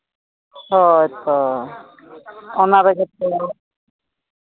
ᱦᱳᱭ ᱛᱚ ᱚᱱᱟ ᱨᱮᱜᱮ ᱛᱚ